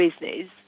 business